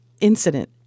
incident